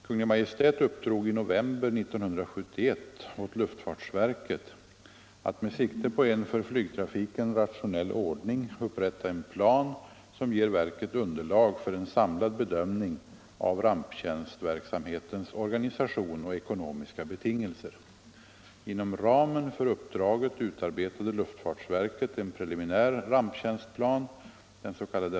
Kungl. Maj:t uppdrog i november 1971 åt luftfartsverket att med sikte på en för flygtrafiken rationell ordning upprätta en plan, som ger verket underlag för en samlad bedömning av ramptjänstverksamhetens organisation och ekonomiska betingelser. Inom ramen för uppdraget utarbetade luftfartsverket en preliminär ramptjänstplan — den s.k.